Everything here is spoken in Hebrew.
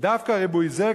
ודווקא ריבוי זה,